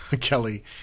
Kelly